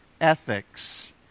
ethics